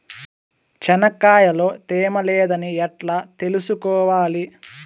చెనక్కాయ లో తేమ లేదని ఎట్లా తెలుసుకోవాలి?